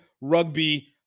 Rugby